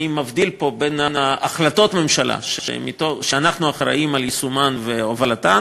אני מבדיל פה בין החלטות ממשלה שאנחנו אחראים ליישומן ולהובלתן